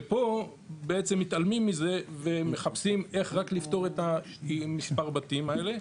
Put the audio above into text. ופה בעצם מתעלמים מזה ומחפשים איך רק לפתור את מספר הבתים האלה.